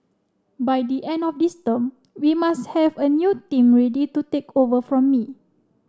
by the end of this term we must have a new team ready to take over from me